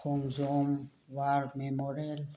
Khongjom war memorial